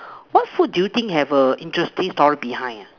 what food do you think have a interesting story behind ah